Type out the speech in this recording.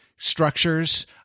structures